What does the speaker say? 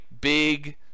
big